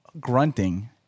grunting